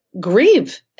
grieve